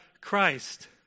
Christ